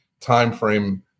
timeframe